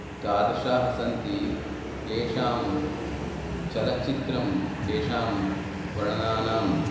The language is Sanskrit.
तादृशाः सन्ति येषां चलच्चित्रं येषां वर्णानानां